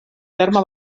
terme